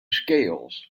scales